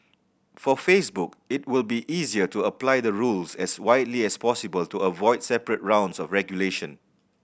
for Facebook it will be easier to apply the rules as widely as possible to avoid separate rounds of regulation